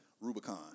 Rubicon